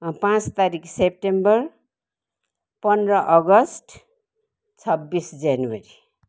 पाँच तारिक सेप्टेम्बर पन्ध्र अगस्ट छब्बिस जनवरी